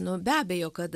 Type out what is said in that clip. nu be abejo kad